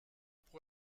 pour